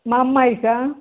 మా అమ్మాయికా